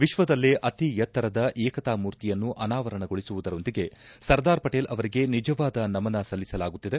ವಿಶ್ವದಲ್ಲೇ ಅತಿ ಎತ್ತರದ ಏಕತಾ ಮೂರ್ತಿಯನ್ನು ಅನಾವರಣಗೊಳಿಸುವುದರೊಂದಿಗೆ ಸರ್ದಾರ್ ಪಟೇಲ್ ಅವರಿಗೆ ನಿಜವಾದ ನಮನ ಸಲ್ಲಿಸಲಾಗುತ್ತಿದೆ